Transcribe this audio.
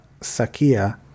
Sakia